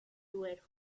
duero